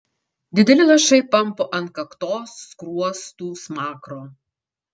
dideli lašai pampo ant kaktos skruostų smakro